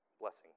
blessing